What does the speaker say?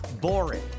boring